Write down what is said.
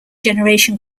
generation